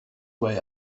way